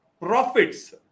profits